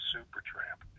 Supertramp